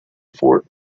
fort